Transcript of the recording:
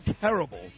terrible